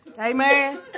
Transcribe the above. Amen